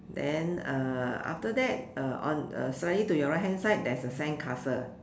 then uh after that uh on uh slightly to your right hand side there is a sandcastle